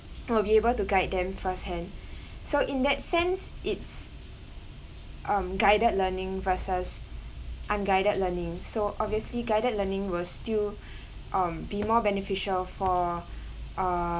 will be able to guide them firsthand so in that sense it's um guided learning versus unguided learning so obviously guided learning will still um be more beneficial for err